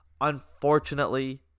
Unfortunately